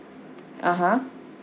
(uh huh)